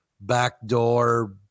backdoor